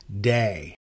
day